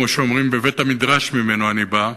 כמו שאומרים בבית-המדרש שממנו אני בא,